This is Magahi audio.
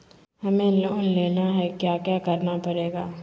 हमें लोन लेना है क्या क्या करना पड़ेगा?